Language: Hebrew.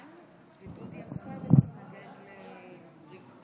היושב-ראש, חברות וחברי כנסת נכבדים,